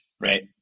right